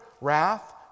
wrath